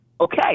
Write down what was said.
Okay